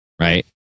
right